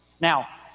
Now